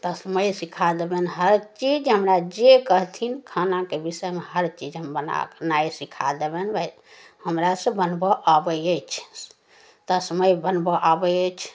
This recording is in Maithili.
तस्मै सिखा देबनि हर चीज हमरा जे कहथिन खानाके विषयमे हर चीज हम बनेनाइ हम सिखा देबनि हमरासे बनबऽ आबै अछि तस्मै बनबऽ आबै अछि